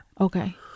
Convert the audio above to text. Okay